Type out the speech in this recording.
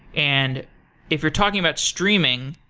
and if you're talking about streaming,